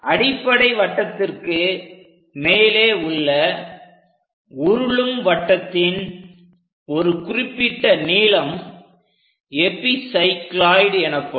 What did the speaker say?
அடிப்படை வட்டத்திற்கு மேலே உள்ள உருளும் வட்டத்தின் ஒரு குறிப்பிட்ட நீளம் எபிசைக்ளோயிட் எனப்படும்